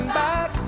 back